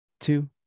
Two